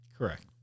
Correct